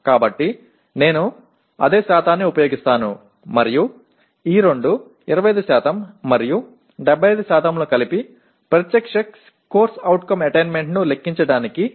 కాబట్టి నేను అదే శాతాన్ని ఉపయోగిస్తాను మరియు ఈ రెండు 25 మరియు 75 లను కలిపి ప్రత్యక్ష CO అటైన్మెంట్ ను లెక్కించడానికి ఉపయోగిస్తాను